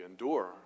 endure